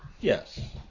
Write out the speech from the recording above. Yes